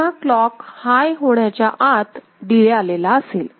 पुन्हा क्लॉक हाय होण्याच्या आत डिले आलेला असेल